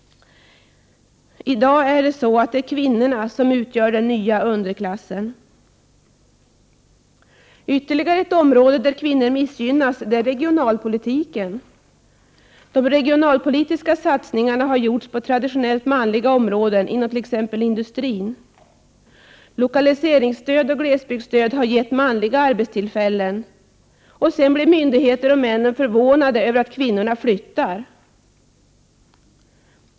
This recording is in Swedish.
Kvinnorna har blivit den nya underklassen. Ytterligare ett område där kvinnor misgynnas är regionalpolitiken. De regionalpolitiska satsningarna har gjors på traditionellt manliga områden, inom t.ex. industrin. Lokaliseringsstöd och glesbygdsstöd har skapat arbetstillfällen för män, och sedan blir myndigheter och män förvånade över att kvinnorna flyttar!